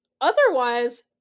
otherwise